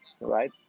right